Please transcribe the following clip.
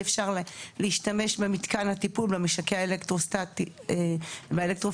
אפשר להשתמש במתקן הטיפול במשקי האלקטרוסטטי והאלקטרו